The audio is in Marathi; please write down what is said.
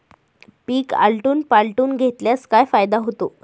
पीक आलटून पालटून घेतल्यास काय फायदा होतो?